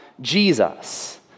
Jesus